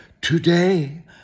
Today